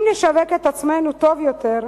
אם נשווק את עצמנו טוב יותר,